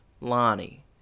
Lonnie